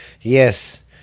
yes